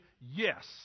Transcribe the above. yes